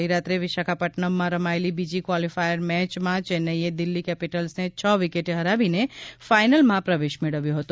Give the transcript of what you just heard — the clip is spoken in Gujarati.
ગઈ રાત્રે વિશાખાપટ્રનમમાં રમાયેલી બીજી કવોલીફાયર મેચમાં ચેન્નાઈએ દિલ્હી કેપીટલ્સને છ વિકેટે હરાવીને ફાયનલમાં પ્રવેશ મેળવ્યો હતો